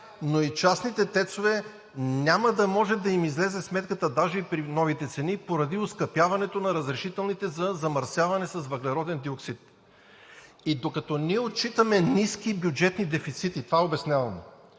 но и на частните ТЕЦ-ове няма да може да им излезе сметката, даже и при новите цени, поради оскъпяването на разрешителните за замърсяване с въглероден диоксид. Докато отчитаме ниски бюджетни дефицити – това обяснявам,